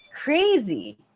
crazy